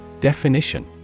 Definition